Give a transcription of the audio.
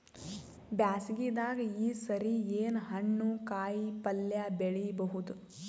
ಬ್ಯಾಸಗಿ ದಾಗ ಈ ಸರಿ ಏನ್ ಹಣ್ಣು, ಕಾಯಿ ಪಲ್ಯ ಬೆಳಿ ಬಹುದ?